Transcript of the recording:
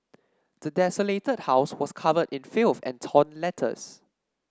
the desolated house was covered in filth and torn letters